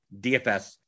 DFS